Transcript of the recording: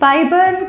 Fiber